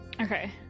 Okay